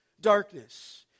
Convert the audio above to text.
Darkness